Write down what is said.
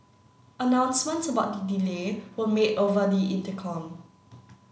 announcements about the delay were made over the intercom